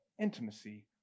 intimacy